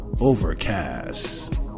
Overcast